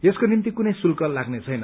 यसको निम्ति कुनै श्रुल्क लाग्ने छैन